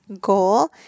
goal